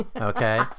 okay